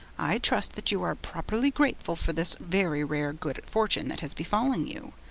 i trust that you are properly grateful for this very rare good fortune that has befallen you?